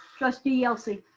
trustee yelsey.